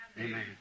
Amen